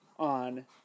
on